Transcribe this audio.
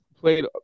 played